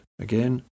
Again